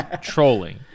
trolling